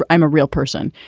i'm a real person.